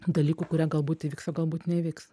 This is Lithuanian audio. dalykų kurie galbūt įvyks o galbūt neįvyks